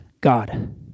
God